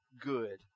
good